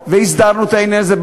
הסדרנו את העניין הזה.